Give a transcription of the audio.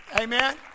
Amen